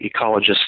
ecologists